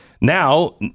Now